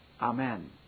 Amen